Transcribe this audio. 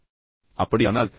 நீங்கள் இவ்வாறு சொன்னால்